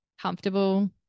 comfortable